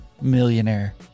millionaire